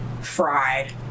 fried